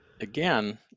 again